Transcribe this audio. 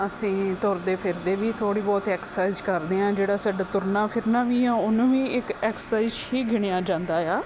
ਅਸੀਂ ਤੁਰਦੇ ਫਿਰਦੇ ਵੀ ਥੋੜ੍ਹੀ ਬਹੁਤ ਐਕਸਾਈਜ਼ ਕਰਦੇ ਹਾਂ ਜਿਹੜਾ ਸਾਡਾ ਤੁਰਨਾ ਫਿਰਨਾ ਵੀ ਆ ਉਹਨੂੰ ਵੀ ਇੱਕ ਐਕਸਾਈਜ਼ ਹੀ ਗਿਣਿਆ ਜਾਂਦਾ ਆ